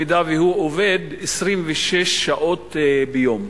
אם הוא עובד 26 שעות ביום.